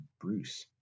Bruce